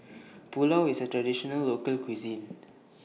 Pulao IS A Traditional Local Cuisine